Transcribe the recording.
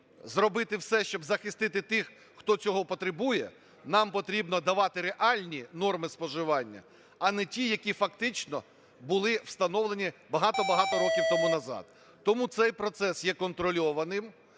зробити все, щоби захистити тих, хто цього потребує, нам потрібно давати реальні норми споживання, а не ті, які фактично були встановлені багато-багато років тому назад. Тому цей процес є контрольованим